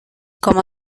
como